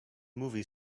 movie